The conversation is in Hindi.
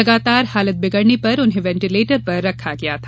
लगातार हालत बिगड़ने पर उन्हें वेंटिलेटर पर रखा गया था